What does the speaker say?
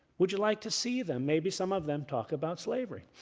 would you like to see them. maybe some of them talk about slavery.